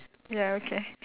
ya okay